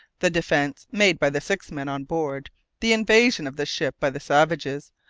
the defence made by the six men on board the invasion of the ship by the savages,